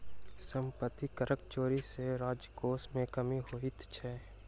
सम्पत्ति करक चोरी सॅ राजकोश मे कमी होइत छै